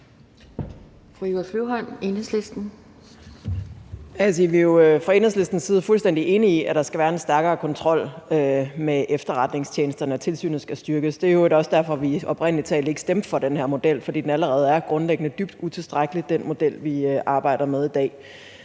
Eva Flyvholm (EL): Altså, vi er jo fra Enhedslistens side fuldstændig enige i, at der skal være en stærkere kontrol med efterretningstjenesterne, og at tilsynet skal styrkes. Det er i øvrigt også derfor, vi oprindeligt ikke stemte for den her model. Det er, fordi den model, vi arbejder med i dag,